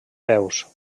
peus